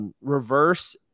reverse